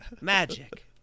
magic